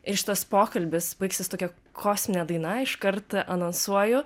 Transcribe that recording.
ir šitas pokalbis baigsis tokia kosmine daina iškart anonsuoju